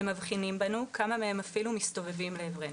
הם מבחינים בנו, כמה מהם אפילו מסתובבים לעברנו,